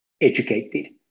educated